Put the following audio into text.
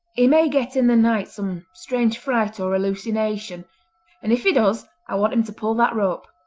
he may get in the night some strange fright or hallucination and if he does i want him to pull that rope.